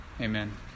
Amen